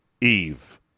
eve